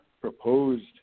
proposed